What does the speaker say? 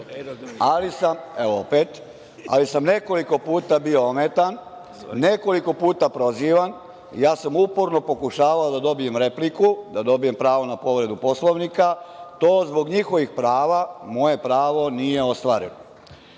ali sam nekoliko puta bio ometan, nekoliko puta prozivan. Uporno sam pokušavao da dobijem repliku, da dobijem pravo na povredu Poslovnika, a zbog njihovih prava moje pravo nije ostvareno. Gledano